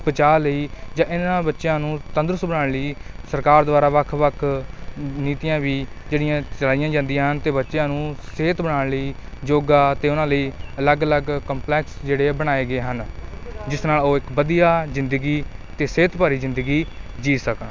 ਬਚਾਅ ਲਈ ਜਾਂ ਇਨ੍ਹਾਂ ਬੱਚਿਆਂ ਨੂੰ ਤੰਦਰੁਸਤ ਬਣਾਉਣ ਲਈ ਸਰਕਾਰ ਦੁਆਰਾ ਵੱਖ ਵੱਖ ਨੀਤੀਆਂ ਵੀ ਜਿਹੜੀਆਂ ਚਲਾਈਆਂ ਜਾਂਦੀਆਂ ਹਨ ਅਤੇ ਬੱਚਿਆਂ ਨੂੰ ਸਿਹਤ ਬਣਾਉਣ ਲਈ ਯੋਗਾ ਅਤੇ ਉਨ੍ਹਾਂ ਲਈ ਅਲੱਗ ਅਲੱਗ ਕੰਪਲੈਕਸ ਜਿਹੜੇ ਹੈ ਬਣਾਏ ਗਏ ਹਨ ਜਿਸ ਨਾਲ ਉਹ ਇੱਕ ਵਧੀਆ ਜ਼ਿੰਦਗੀ ਅਤੇ ਸਿਹਤ ਭਰੀ ਜ਼ਿੰਦਗੀ ਜੀਅ ਸਕਣ